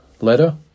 letter